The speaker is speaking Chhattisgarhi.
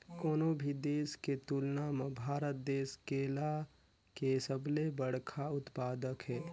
कोनो भी देश के तुलना म भारत देश केला के सबले बड़खा उत्पादक हे